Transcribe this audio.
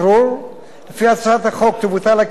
לפי הצעת החוק תבוטל הקרן לסיוע נוסף,